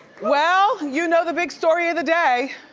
well, you know the big story of the day.